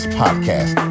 podcast